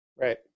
Right